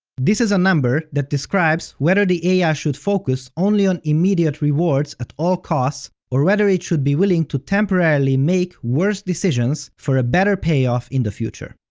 this is a number that describes whether the ai should focus only on immediate rewards at all costs, or whether it should be willing to temporarily make worse decisions for a better payoff in the future.